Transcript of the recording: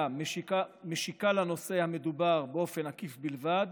משיקה לנושא המדובר באופן עקיף בלבד,